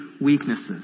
weaknesses